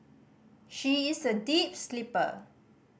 she is a deep sleeper